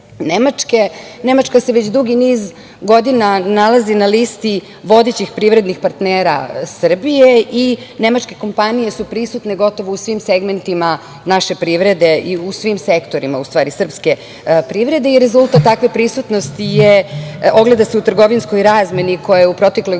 Nemačke. Nemačka se već dugi niz godina nalazi na listi vodećih privrednih partnera Srbije i nemačke kompanije su prisutne gotovo u svim segmentima naše privrede i u svim sektorima srpske privrede. Rezultat takve prisutnosti ogleda se u trgovinskoj razmeni koja je u protekloj